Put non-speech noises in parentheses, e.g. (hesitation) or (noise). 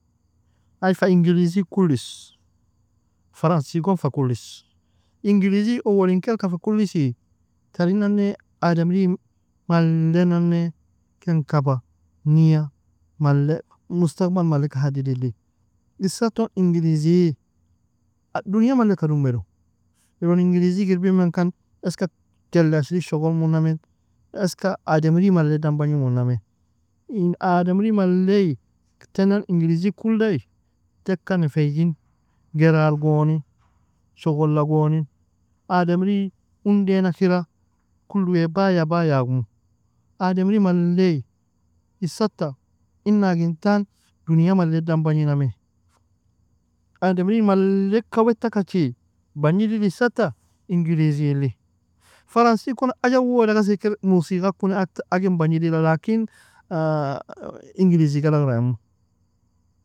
Ai fa inglizi kullis. Fransigon fa kullis. Igilizie owalin kailka fa kullisei, tarin nane ademri malle nane, ken kaba, niya, malle مستقبل maleka hadidili, issaton ingilizie donia malika dumedo, iron ingiliga irbimean kan, eska jelli ashrig shogholmuname, eska ademri malle dan bagnimuname, in ademri mallei tennan ingilizi kullei, teka nefigin, geral goni, shoghola goni, ademri undainekra kulu wae baya, baya, agmu. Ademri mallei issata inna agintan donia malledan bagniname, ademri malleka wettakachi bagnidil issata inglizili, fransikon ajwoda gasikir musiga koni agt_ agin bagnidila لكن (hesitation) ingilizig algaraimu.